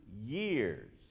years